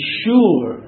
sure